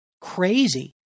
crazy